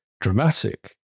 dramatic